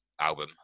album